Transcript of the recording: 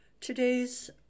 Today's